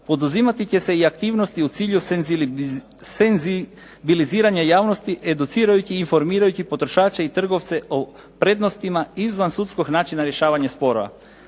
poduzimati će se i aktivnosti u cilju senzibiliziranja javnosti, educirajući i informirajući potrošače i trgovce o prednostima izvansudskog načina rješavanja sporova.